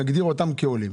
כעולים.